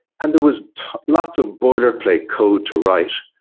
and there was lots of boiler plate code to write.